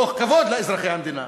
מתוך כבוד לאזרחי המדינה.